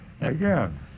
Again